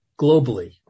globally